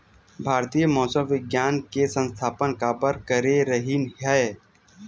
भारती मौसम विज्ञान के स्थापना काबर करे रहीन है?